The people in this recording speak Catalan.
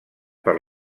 per